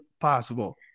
possible